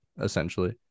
essentially